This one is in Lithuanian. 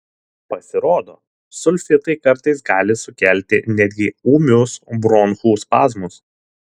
pasirodo sulfitai kartais gali sukelti netgi ūmius bronchų spazmus